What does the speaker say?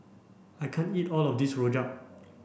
I can't eat all of this Rojak